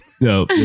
no